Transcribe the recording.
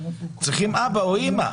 צריכים אבא או אמא.